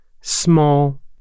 small